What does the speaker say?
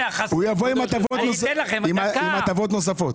הוא יבוא עם הטבות נוספות.